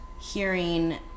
hearing